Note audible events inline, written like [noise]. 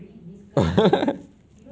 [laughs]